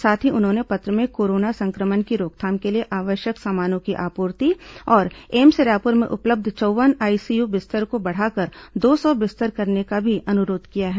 साथ ही उन्होंने पत्र में कोरोना संक्रमण की रोकथाम के लिए आवश्यक सामानों की आपूर्ति और एम्स रायपुर में उपलब्ध चौव्वन आईसीयू बिस्तर को बढ़ाकर दो सौ बिस्तर करने का भी अनुरोध किया है